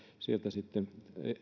sieltä sitten